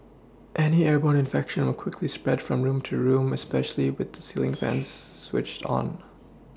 any airborne infection would quickly spread from room to room especially with the ceiling fans switched on